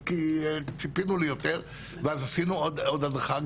ציפינו ליותר ואז עשינו עוד הדרכה.